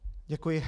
Děkuji.